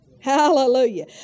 Hallelujah